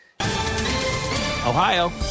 Ohio